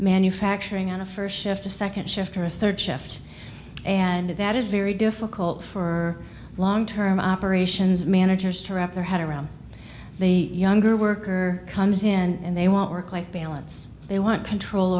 manufacturing on a first shift a second shift or third shift and that is very difficult for long term operations managers to wrap their head around the younger worker comes in and they want work life balance they want control